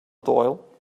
doyle